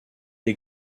est